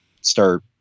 start